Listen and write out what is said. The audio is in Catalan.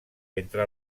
entre